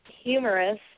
humorous